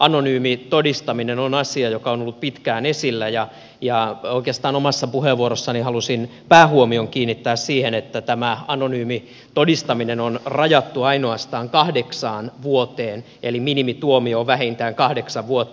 anonyymi todistaminen on asia joka on ollut pitkään esillä ja oikeastaan omassa puheenvuorossani haluaisin päähuomion kiinnittää siihen että tämä anonyymi todistaminen on rajattu ainoastaan kahdeksaan vuoteen eli minimituomio on vähintään kahdeksan vuotta